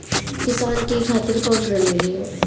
किसान के खातिर कौन ऋण मिली?